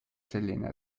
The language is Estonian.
selline